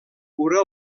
cura